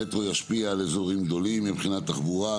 המטרו ישפיע על אזורים גדולים מבחינת תחבורה,